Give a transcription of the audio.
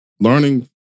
learning